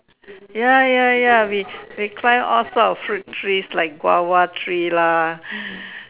ya ya ya we we climb all such of fruit trees like guava tree lah